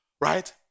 Right